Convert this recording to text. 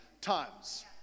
times